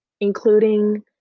including